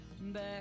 back